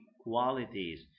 qualities